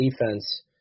defense